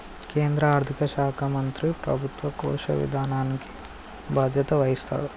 కేంద్ర ఆర్థిక శాఖ మంత్రి ప్రభుత్వ కోశ విధానానికి బాధ్యత వహిస్తాడు